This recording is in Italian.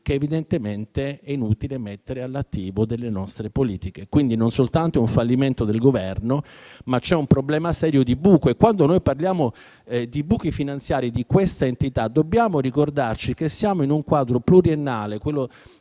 che, evidentemente, è inutile mettere all'attivo delle nostre politiche. Quindi, c'è non soltanto un fallimento del Governo, ma anche un serio problema di buco. Quando parliamo di buchi finanziari di questa entità, dobbiamo ricordarci che siamo in un quadro pluriennale,